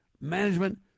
management